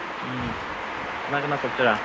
ꯎꯝ ꯀꯅꯥ ꯀꯅꯥ ꯆꯠꯁꯤꯔꯥ